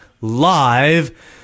Live